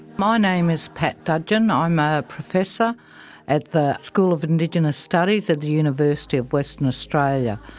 my name is pat dudgeon, i'm a professor at the school of indigenous studies at the university of western australia.